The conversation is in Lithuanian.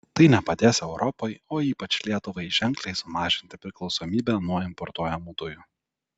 tai nepadės europai o ypač lietuvai ženkliai sumažinti priklausomybę nuo importuojamų dujų